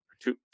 Two